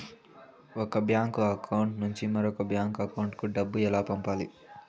ఒక bank account నుంచి మరొక బ్యాంకు అకౌంట్ కు డబ్బు ఎలా పంపాలి